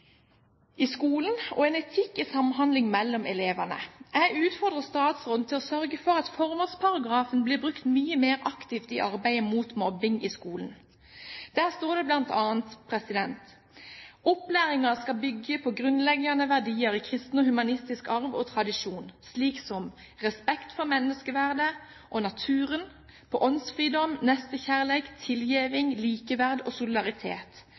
i skolen og en etikk i samhandling mellom elevene. Jeg utfordrer statsråden til å sørge for at formålsparagrafen blir brukt mye mer aktivt i arbeidet mot mobbing i skolen. Der står det bl.a.: «Opplæringa skal byggje på grunnleggjande verdiar i kristen og humanistisk arv og tradisjon, slik som respekt for menneskeverdet og naturen, på åndsfridom, nestekjærleik, tilgjeving, likeverd og solidaritet,